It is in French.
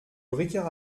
ricard